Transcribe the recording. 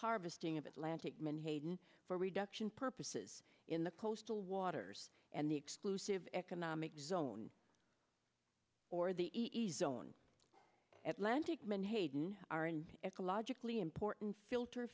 harvesting of atlantic menhaden for reduction purposes in the coastal waters and the exclusive economic zone or the ease on atlanta menhaden are an ecologically important filter